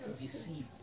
deceived